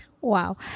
Wow